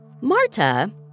Marta